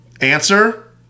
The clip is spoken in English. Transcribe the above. Answer